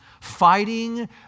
fighting